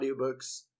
audiobooks